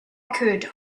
could